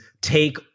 take